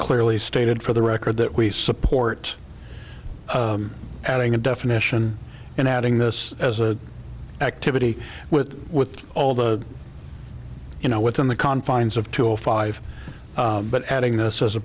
clearly stated for the record that we support adding a definition and adding this as a activity with with all the you know within the confines of tool five but adding this as a